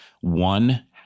one